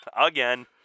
Again